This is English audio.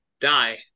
die